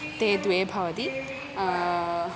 ते द्वे भवतः